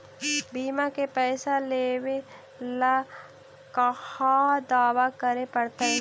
बिमा के पैसा लेबे ल कहा दावा करे पड़तै?